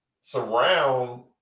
surround